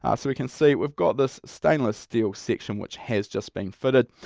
um so we can see we've got this stainless steel section which has just been fitted.